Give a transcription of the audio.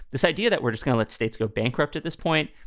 this idea that we're just gonna let states go bankrupt at this point.